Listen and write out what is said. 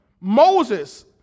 Moses